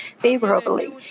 favorably